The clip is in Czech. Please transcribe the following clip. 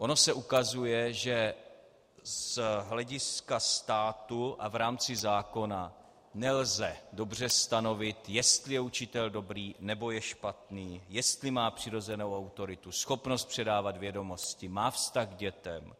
Ono se ukazuje, že z hlediska státu a v rámci zákona nelze dobře stanovit, jestli je učitel dobrý, nebo je špatný, jestli má přirozenou autoritu, schopnost předávat vědomosti, má vztah k dětem.